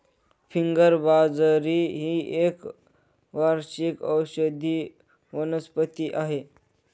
finger बाजरी ही एक वार्षिक औषधी वनस्पती आहे